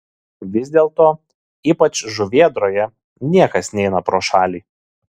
vis dėlto ypač žuvėdroje niekas neina pro šalį